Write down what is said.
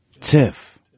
Tiff